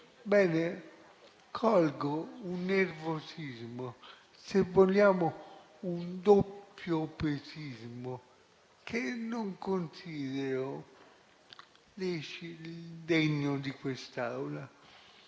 qualcosa - un nervosismo e, se vogliamo, un doppiopesismo che non considero degno di questa Aula.